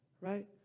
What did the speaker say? right